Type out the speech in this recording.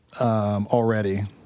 already